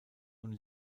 und